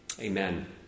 Amen